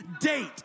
date